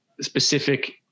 specific